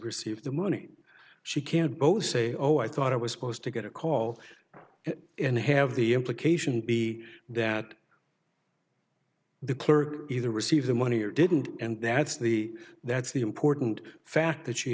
received the money she can both say oh i thought it was supposed to get a call and have the implication be that the clerk either received the money or didn't and that's the that's the important fact that she